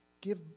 Give